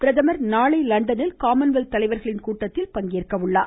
பிரதமர் நாளை லண்டனில் காமன்வெல்த் தலைவர்களின் கூட்டத்தில் பங்கேற்கிறார்